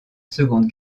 seconde